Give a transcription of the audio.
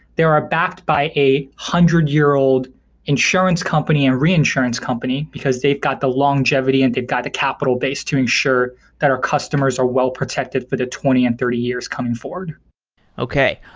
they are are backed by a one hundred year old insurance company and reinsurance company, because they've got the longevity and they've got the capital base to ensure that our customers are well-protected for the twenty and thirty years coming forward okay.